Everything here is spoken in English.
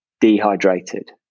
dehydrated